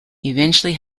eventually